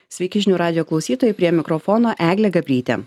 sveiki žinių radijo klausytojai prie mikrofono eglė gabrytė